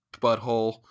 butthole